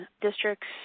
districts